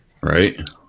Right